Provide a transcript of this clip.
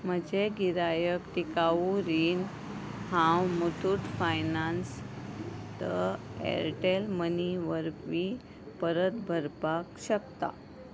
म्हजें गिरायक टिकाऊ रीन हांव मुथूट फायनान्सत एअरटेल मनी वरवी परत भरपाक शकता